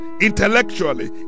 intellectually